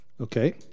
Okay